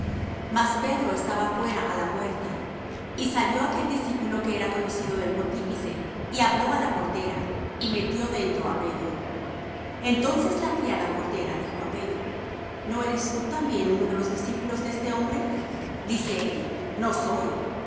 mas pedro estaba fuera á la puerta y salió aquel discípulo que era conocido del pontífice y habló á la portera y metió dentro á pedro entonces la criada portera dijo á pedro no eres tú también de los discípulos de este hombre dice él no soy